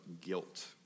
guilt